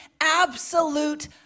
absolute